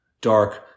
dark